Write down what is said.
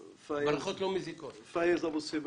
אני רואה נציגי למשל עמותת "סיכוי".